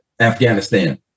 Afghanistan